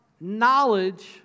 knowledge